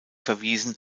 verwiesen